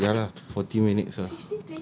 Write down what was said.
mm ya lah forty minutes ah